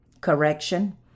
Correction